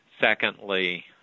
Secondly